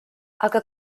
aga